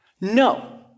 No